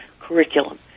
curriculum